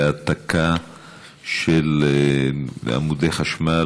והעתקה של עמודי חשמל,